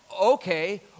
okay